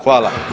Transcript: Hvala.